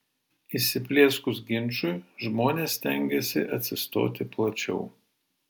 įsiplieskus ginčui žmonės stengiasi atsistoti plačiau